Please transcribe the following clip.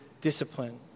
discipline